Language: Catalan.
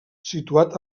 situat